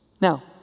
Now